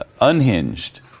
unhinged